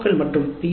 க்கள் மற்றும் பி